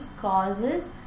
causes